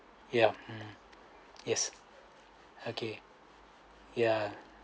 yup yes okay ya